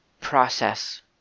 process